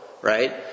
right